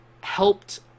Helped